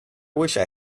wished